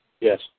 Yes